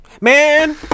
Man